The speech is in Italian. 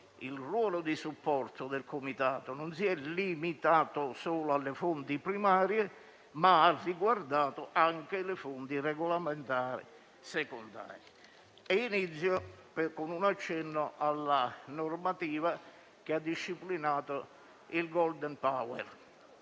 il ruolo di supporto del Comitato non si è limitato alle fonti primarie, ma ha riguardato anche le fonti regolamentari secondarie. Inizio con un accenno alla normativa che ha disciplinato il *golden power*.